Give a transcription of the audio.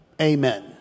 Amen